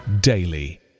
daily